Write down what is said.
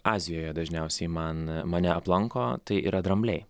azijoje dažniausiai man mane aplanko tai yra drambliai